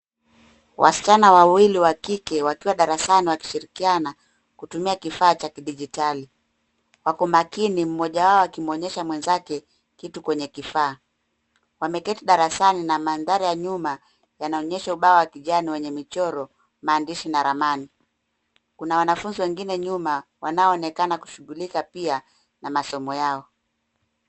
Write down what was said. Wasichana wawili wa kike wakiwa darasani wakishirikiana kutumia kifaa cha kidijitali. Wako makini mmoja wao akionyesha mwenzake kitu kwenye kifaa. Wameketi darasani na mandhari ya nyuma yanaonyesha ubao wa kijani yenye michoro, maandishi na ramani. Kuna wanafunzi wengine nyuma wanaoonekana kushughulikia pia na masomo yao.